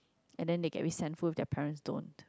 and then they get resentful when their parents don't